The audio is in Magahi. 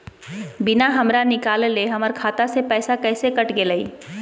बिना हमरा निकालले, हमर खाता से पैसा कैसे कट गेलई?